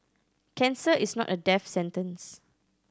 cancer is not a death sentence